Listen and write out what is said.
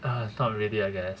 not really I guess